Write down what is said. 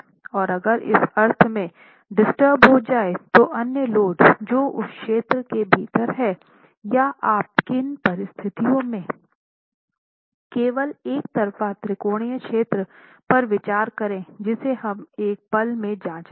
और अगर इस अर्थ में डीस्टर्ब हो जाए तो अन्य लोड जो उस क्षेत्र के भीतर हैं या आप किन परिस्थितियों में केवल एकतरफ़ा त्रिकोणीय क्षेत्र पर विचार करें जिसे हम एक पल में जांच लेंगे